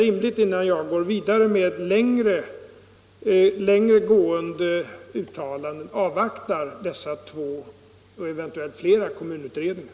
Innan jag gör längre gående uttalanden är det alltså rimligt att avvakta dessa två utredningar och eventuella ytterligare kommunutredningar.